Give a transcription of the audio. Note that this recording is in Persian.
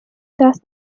دست